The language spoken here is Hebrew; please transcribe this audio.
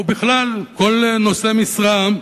ובכלל כל נושא משרה,